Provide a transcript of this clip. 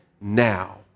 now